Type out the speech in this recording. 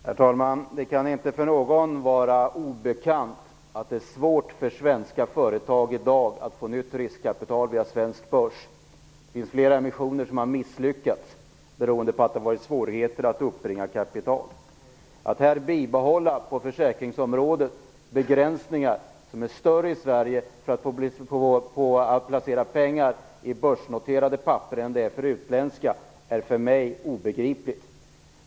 Herr talman! Det kan inte för någon vara obekant att det är svårt för svenska företag att i dag få nytt riskkapital via svensk börs. Flera emissioner har misslyckats beroende på svårigheter att uppbringa kapital. Att här på försäkringsområdet bibehålla större begränsningar för svenska placerare än för utländska när det gäller att placera pengar på börsnoterade papper är för mig obegripligt.